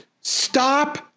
Stop